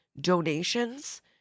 donations